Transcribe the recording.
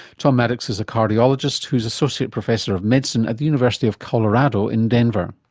tom maddox is a cardiologist who's associate professor of medicine at the university of colorado in denver.